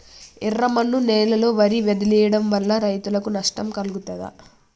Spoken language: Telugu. ఎర్రమన్ను నేలలో వరి వదిలివేయడం వల్ల రైతులకు నష్టం కలుగుతదా?